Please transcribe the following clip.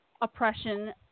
Oppression